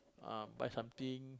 ah buy something